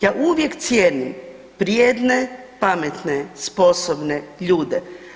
Ja uvijek cijenim vrijedne, pametne, sposobne ljude.